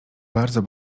bardzo